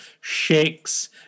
Shakes